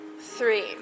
three